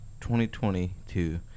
2022